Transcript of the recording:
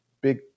Big